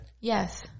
Yes